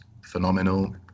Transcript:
phenomenal